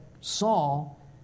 Saul